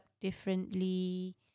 differently